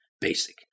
basic